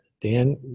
Dan